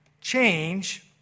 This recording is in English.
change